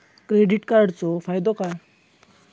Credit कार्डाचो फायदो काय?